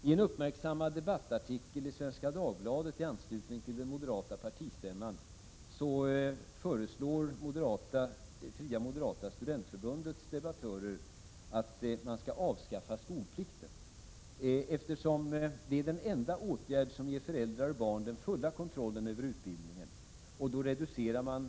I en uppmärksammad debattartikel i Svenska Dagbladet i anslutning till den moderata partistämman föreslår Fria moderata studentförbundets debattörer att man skall avskaffa skolplikten, eftersom det är den enda åtgärd som skulle ge föräldrar och barn den fulla kontrollen över utbildningen. Då skulle man också reducera skatterna.